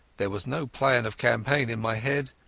there was no plan of campaign in my head,